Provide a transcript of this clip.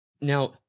Now